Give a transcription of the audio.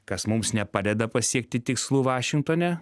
kas mums nepadeda pasiekti tikslų vašingtone